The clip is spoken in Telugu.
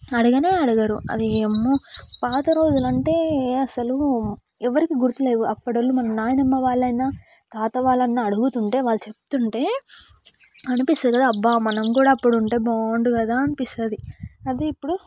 అడగనే అడగరు అది ఏమో పాత రోజులలో అంటే అసలు ఎవరికి గుర్తు లేవు అప్పుడు వాళ్ళు మన నాయనమ్మ వాళ్ళైనా తాత వాళ్ళు అయినా అడుగుతుంటే వాళ్ళన్నా చెప్తుంటే అనిపిస్తుంది అబ్బా మనం కూడా అప్పుడు ఉంటే బాగుండు కదా అనిపిస్తుంది అదే ఇప్పుడు